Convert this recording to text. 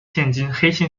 现今